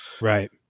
right